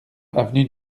avenue